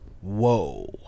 Whoa